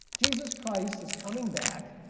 jesus christ is coming back